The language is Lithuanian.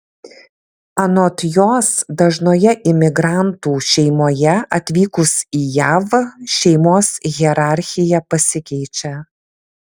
anot jos dažnoje imigrantų šeimoje atvykus į jav šeimos hierarchija pasikeičia